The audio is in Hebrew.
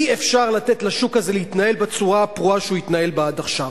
אי-אפשר לתת לשוק הזה להתנהל בצורה הפרועה שהוא התנהל בה עד עכשיו.